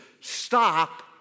stop